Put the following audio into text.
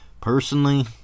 personally